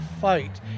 fight